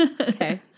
Okay